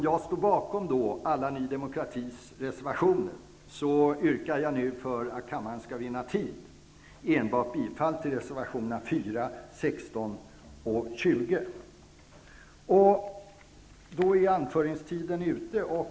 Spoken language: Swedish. Jag står bakom alla Ny demokratis reservationer, men yrkar bifall endast till reservationerna 4, 16 och 20 i syfte att vinna tid åt kammaren.